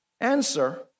Answer